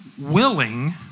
willing